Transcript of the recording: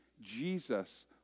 Jesus